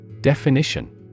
Definition